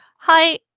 hi.